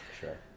Sure